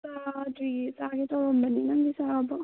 ꯆꯥꯗ꯭ꯔꯤꯌꯦ ꯆꯥꯒꯦ ꯇꯧꯔꯝꯕꯅꯦ ꯅꯪꯗꯤ ꯆꯥꯔꯕꯣ